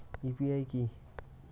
UPI কি?